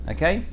Okay